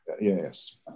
Yes